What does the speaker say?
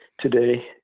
today